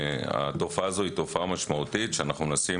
התופעה הזו היא תופעה משמעותית שאנחנו מנסים